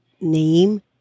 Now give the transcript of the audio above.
name